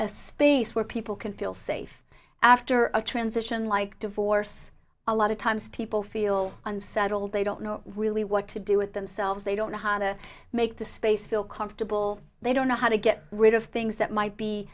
a space where people can feel safe after a transition like divorce a lot of times people feel unsettled they don't know really what to do with themselves they don't know how to make the space feel comfortable they don't know how to get rid of things that might be